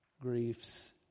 griefs